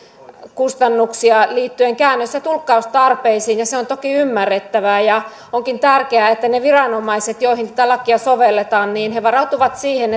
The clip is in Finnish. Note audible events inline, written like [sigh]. kustannuksia liittyen käännös ja tulkkaustarpeisiin ja se on toki ymmärrettävää onkin tärkeää että ne viranomaiset joihin tätä lakia sovelletaan varautuvat siihen [unintelligible]